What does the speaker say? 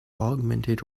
augmented